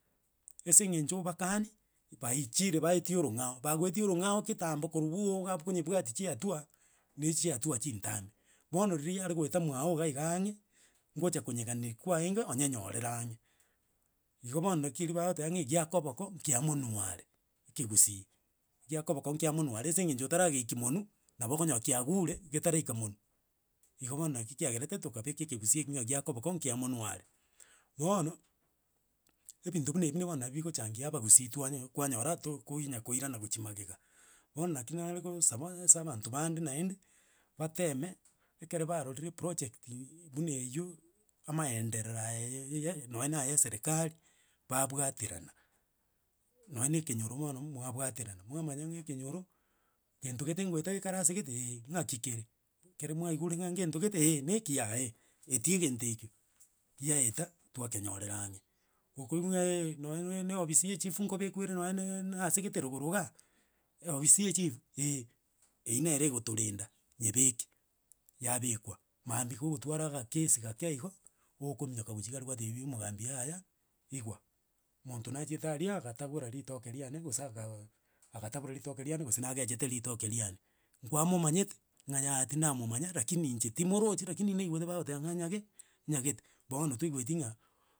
Ase eng'encho obakani, baichire baetie orong'ao, bagoeti orong'ao kitambo korwu bwogo iga abwo konyebwati chiatua, na echiatua chintambe. Bono riria yaregoeta mwago iga iga ang'e, ngocha konyeg'anereria kwarenge, onyenyorere ang'e. Igo bono naki eri bagoteba ng'a egia koboko nkia monwe are, ekegusii gia koboko nkia monwe are, ase eng'encho otarageiki monwe, nabo okonyora kiagure getaraika monwe, igo bono naki kiagerete tokabeka ekegusii ekio ng'a gia koboko nkia monwe are. Bono ebinto buna ebi bono nabo bigochangia abagusii twanye kwanyora tokoinya koirana gochi magega, bono naki naregosaba ase abanto bande naende, bateme ekere barorire eprojectiii buna eywo, amaenderero aya ya- ya- ya nonye na aya eserekari, babwaterana. Nonye na ekenyoro bono mwabwaterana, mwamanya ng'a ekenyoro, gento gete ngoeta gekara ase gete eh, naki kere, kere mwaigure ng'a gento gete eh, na ekiya eh, etia egento ekio giaeta twakenyora ang'e gokoigwa ng'a eh, nonye na eofisi ya echifu nkobekweire nonye na na asegete rogoro igaa, eofisi ya echifu eh eywo nere egotorenda, nyebeke, yabekwa mambia kogotwara agakesi gake igo, ookominyoka gochia iga aria gwatebia omogambi yaya igwa, monto nachiete aria agatabora ritoke riane gose akaaaa akatabora ritoke riane gose nagechete ritoke riane, nkwamomanyete, ng'a yaya tindamomanya, rakini inche timorochi rakini naigwete ng'a bagoteba ng'a nyage nyagete. Bono toigweti ng'a.